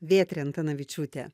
vėtrė antanavičiūtė